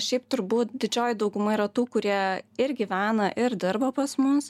šiaip turbūt didžioji dauguma yra tų kurie ir gyvena ir dirba pas mus